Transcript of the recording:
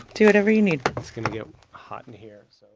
do whatever you need it's going to get hot in here so